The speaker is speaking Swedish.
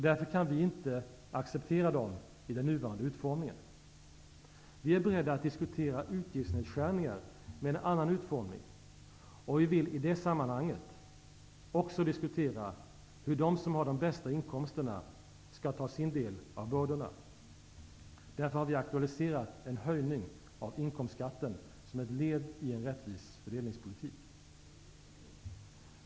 Därför kan vi inte acceptera dem i den nuvarande utformningen. Vi är beredda att diskutera utgiftsnedskärningar med en annan utformning. Vi vill i det sammanhanget också diskutera hur de som har de bästa inkomsterna skall ta sin del av bördorna. Därför har vi aktualiserat en höjning av inkomstskatten som ett led i en rättvis fördelningspolitik.